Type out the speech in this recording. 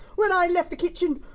when i left the kitchen,